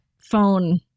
phone